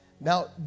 Now